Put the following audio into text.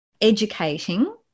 educating